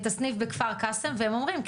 את הסניף בכפר קאסם והם אומרים,